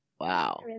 wow